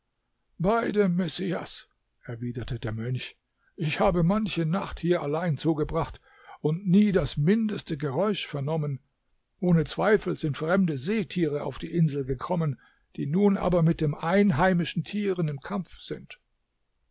bei dem messias erwiderte der mönch ich habe manche nacht hier allein zugebracht und nie das mindeste geräusch vernommen ohne zweifel sind fremde seetiere auf die insel gekommen die nun aber mit den einheimischen tieren im kampf sind